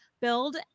build